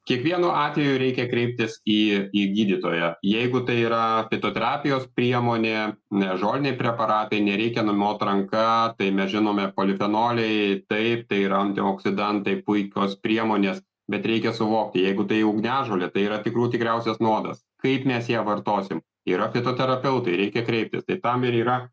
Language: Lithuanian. kiekvienu atveju reikia kreiptis į į gydytoją jeigu tai yra fitoterapijos priemonė ne žoliniai preparatai nereikia numot ranka tai mes žinome polifenoliai taip tai yra antioksidantai puikios priemonės bet reikia suvokti jeigu tai ugniažolė tai yra tikrų tikriausias nuodas kaip mes ją vartosim yra fitoterapeutai reikia kreiptis tai tam ir yra